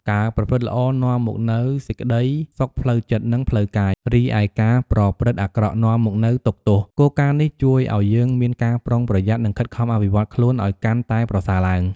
ការប្រព្រឹត្តល្អនាំមកនូវសេចក្តីសុខផ្លូវចិត្ត និងផ្លូវកាយ រីឯការប្រព្រឹត្តអាក្រក់នាំមកនូវទុក្ខទោស។ គោលការណ៍នេះជួយឲ្យយើងមានការប្រុងប្រយ័ត្ន និងខិតខំអភិវឌ្ឍខ្លួនឲ្យកាន់តែប្រសើរឡើង។